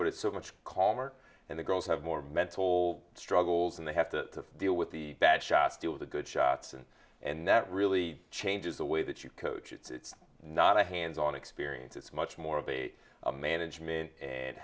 but it's so much calmer and the girls have more mental struggles and they have to deal with the bad shots do the good shots and that really changes the way that you coach it's not a hands on experience it's much more of a management